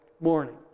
morning